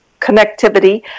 connectivity